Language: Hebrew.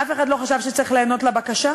אף אחד לא חשב שצריך להיענות לבקשה.